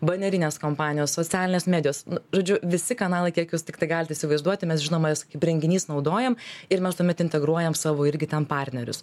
banerinės kompanijos socialinės medijos žodžiu visi kanalai kiek jūs tiktai galit įsivaizduoti mes žinoma juos kaip renginys naudojam ir mes tuomet integruojam savo irgi ten partnerius